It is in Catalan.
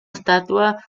estàtua